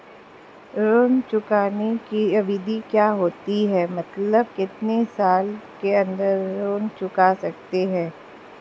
ऋण चुकाने की अवधि क्या होती है मतलब कितने साल के अंदर ऋण चुका सकते हैं?